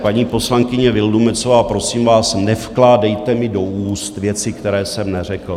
Paní poslankyně Vildumetzová, prosím vás, nevkládejte mi do úst věci, které jsem neřekl.